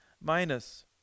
minus